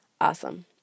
awesome